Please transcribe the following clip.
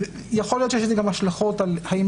יכול להיות שיש לזה גם השלכות על האם